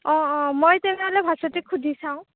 অঁ অঁ মই তেনেহ'লে ভাস্বতীক সুধি চাওঁ